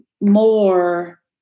more